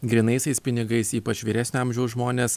grynaisiais pinigais ypač vyresnio amžiaus žmones